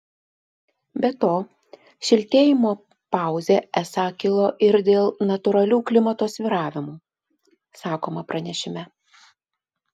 be to šiltėjimo pauzė esą kilo ir dėl natūralių klimato svyravimų sakoma pranešime